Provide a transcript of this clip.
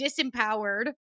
disempowered